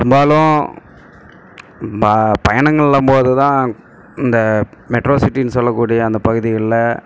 பெரும்பாலும் பயணங்களின் போதுதான் இந்த மெட்ரோ சிட்டின்னு சொல்லக்கூடிய அந்த பகுதிகளில்